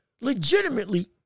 legitimately